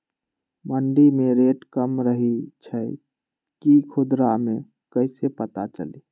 मंडी मे रेट कम रही छई कि खुदरा मे कैसे पता चली?